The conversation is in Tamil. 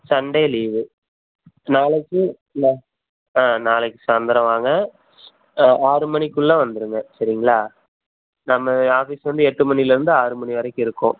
சன்டே லீவு நாளைக்கு ந ஆ நாளைக்கு சாய்ந்திரோம் வாங்க ஆ ஆறு மணிக்குள்ளே வந்துடுங்க சரிங்களா நம்ம ஆஃபீஸ் வந்து எட்டு மணியிலேருந்து ஆறு மணி வரைக்கும் இருக்கும்